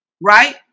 right